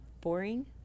boring